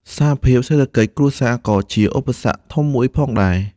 ស្ថានភាពសេដ្ឋកិច្ចគ្រួសារក៏ជាឧបសគ្គធំមួយផងដែរ។